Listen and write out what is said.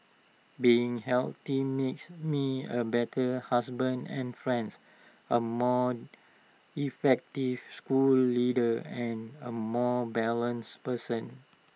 being healthy makes me A better husband and friends A more effective school leader and A more balanced person